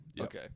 Okay